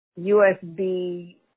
USB